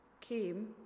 came